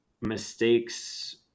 mistakes